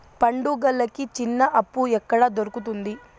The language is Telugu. పండుగలకి చిన్న అప్పు ఎక్కడ దొరుకుతుంది